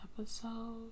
episode